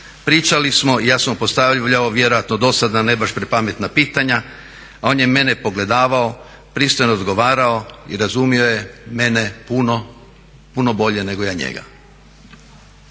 Pričali smo i ja sam mu postavljao vjerojatno dosadna ne baš prepametna pitanja, a on je mene pogledavao, pristojno odgovarao i razumio je mene puno bolje nego ja njega.